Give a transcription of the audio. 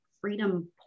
freedom